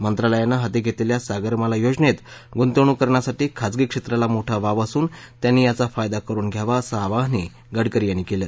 मंत्रालयानं हाती घेतलेल्या सागरमाला योजनेत गुंतवणूक करण्यासाठी खाजगी क्षेत्राला मोठा वाव असून त्यांनी याचा फायदा करुन घ्यावा असं आवाहन गडकरी यांनी केलं